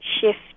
shift